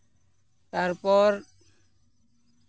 ᱛᱟᱨᱯᱚᱨ